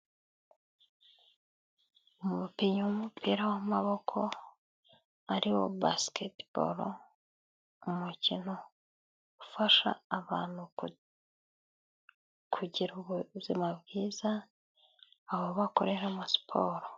Umukinnyi w'umupira w'amaboko ari wo basiketiboro umukino ufasha abantu kugira ubuzima bwiza aho bakoreramo siporo.